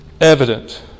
evident